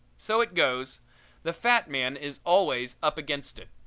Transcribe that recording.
so it goes the fat man is always up against it.